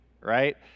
right